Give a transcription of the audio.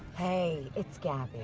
hey, it's gabi.